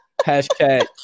#Hashtag